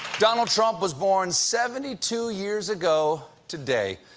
donald trump was born seventy two years ago today.